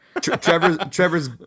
Trevor's